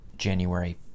January